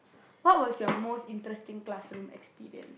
what was your most interesting classroom experience